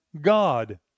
God